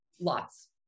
lots